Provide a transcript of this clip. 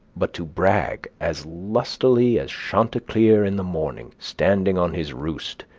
but to brag as lustily as chanticleer in the morning, standing on his roost,